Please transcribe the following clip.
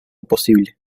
posible